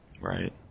Right